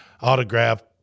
autograph